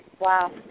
Wow